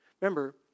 Remember